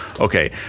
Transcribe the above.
Okay